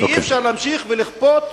כי אי-אפשר להמשיך לכפות,